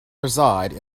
reside